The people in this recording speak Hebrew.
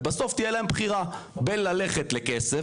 ובסוף תהיה להם בחירה בין ללכת לכסף,